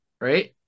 right